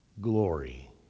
glory